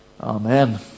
Amen